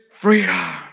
freedom